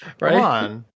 right